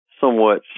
somewhat